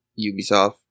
Ubisoft